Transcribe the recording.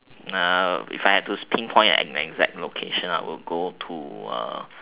err if I had those pinpoint and exact location I would go to uh